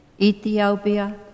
Ethiopia